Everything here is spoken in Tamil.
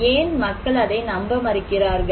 ஏன் மக்கள் அதை நம்ப மறுக்கிறார்கள்